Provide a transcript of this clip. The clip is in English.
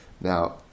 Now